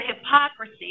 hypocrisy